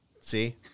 See